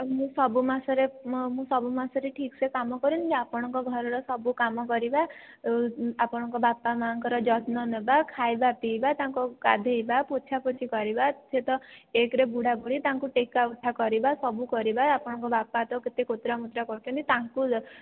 ମୁଁ ସବୁ ମାସରେ ମୁଁ ସବୁ ମାସରେ ଠିକ୍ ସେ କାମ କରିବି ଆପଣଙ୍କ ଘରର ସବୁ କାମ କରିବା ଆଉ ଆପଣଙ୍କ ବାପାମାଆଙ୍କର ଯତ୍ନ ନେବା ଖାଇବାପିଇବା ତାଙ୍କ ଗାଧେଇବା ପୋଛାପୋଛି କରିବା ସେ ତ ଏକରେ ବୁଢ଼ାବୁଢ଼ୀ ତାଙ୍କୁ ଟେକାଉଠା କରିବା ସବୁ କରିବା ଆପଣଙ୍କ ବାପା ତ କେତେ କୁତ୍ରା ମୁତ୍ରା କରୁଛନ୍ତି ତାଙ୍କୁ